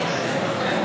אחד